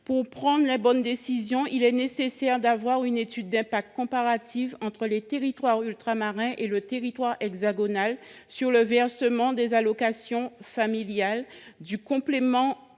la matière les bonnes décisions, il est nécessaire de disposer d’une étude d’impact comparant les territoires ultramarins et le territoire hexagonal eu égard au versement des allocations familiales, du complément